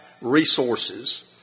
resources